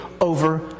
over